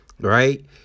Right